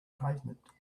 pavement